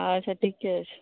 अच्छा ठीके छै